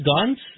guns